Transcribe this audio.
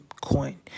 coin